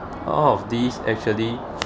all of these actually